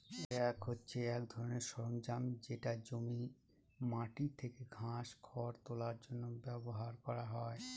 rake হছে এক ধরনের সরঞ্জাম যেটা জমির মাটি থেকে ঘাস, খড় তোলার জন্য ব্যবহার করা হয়